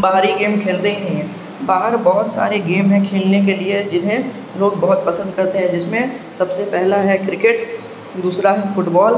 باہری گیم کھیلتے ہی نہیں ہیں باہر بہت سارے گیم ہیں کھیلنے کے لیے جنہیں لوگ بہت پسند کرتے ہیں جس میں سب سے پہلا ہے کرکٹ دوسرا ہے فٹ بال